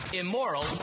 Immoral